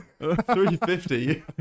350